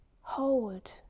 hold